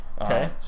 Okay